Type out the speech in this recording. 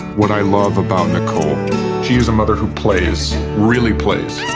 what i love about nicole. she is a mother who plays really plays